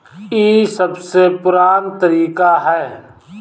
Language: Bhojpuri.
ई सबसे पुरान तरीका हअ